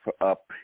up